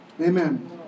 Amen